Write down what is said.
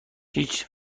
هیچ